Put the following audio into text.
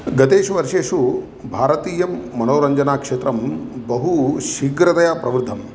गतेषु वर्षेषु भारतीय मनोरञ्जनक्षेत्रं बहु शीघ्रतया प्रवृद्धं